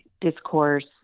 discourse